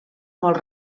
molt